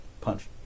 Punch